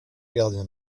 gardiens